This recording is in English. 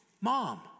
Mom